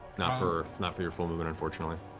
not for not for your full movement, unfortunately.